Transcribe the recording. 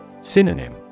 Synonym